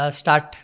start